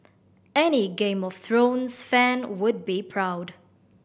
any Game of Thrones fan would be proud